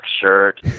shirt